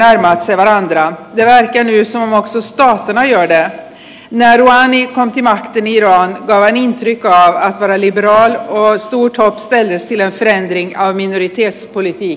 när rouhani kom till makten i iran gav han intryck av att vara liberal och stort hopp ställdes till en förändring av minoritetspolitiken